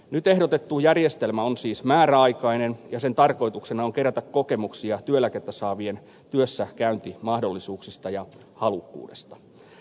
nyt ehdotettu järjestelmä on siis määräaikainen ja sen tarkoituksena on kerätä kokemuksia työeläkettä saavien työssäkäyntimahdollisuuksista ja halukkuudesta